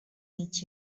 meet